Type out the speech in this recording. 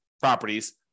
properties